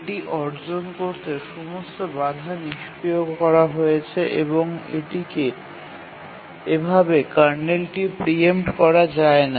এটি অর্জন করতে সমস্ত বাধা নিষ্ক্রিয় করা হয়েছে এবং এভাবে কার্নেলটি প্রিএম্প্ট করা যায় না